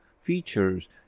Features